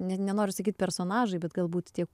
net nenoriu sakyti personažai bet galbūt tie